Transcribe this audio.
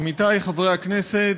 עמיתי חברי הכנסת,